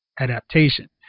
adaptation